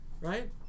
right